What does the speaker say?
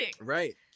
Right